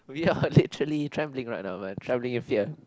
we are literally travelling right now but travelling with fear